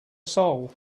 soul